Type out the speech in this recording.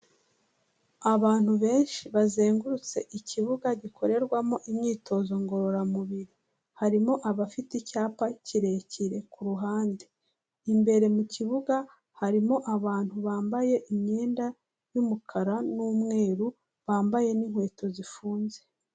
Abantu benshi bazengurutse ikibuga gikorerwamo imyitozo ngororamubiri, harimo abafite icyapa kirekire ku ruhande, imbere mu kibuga harimo abantu bambaye imyenda y'umukara n'umweru, bambaye n'inkweto zifunze.